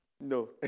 No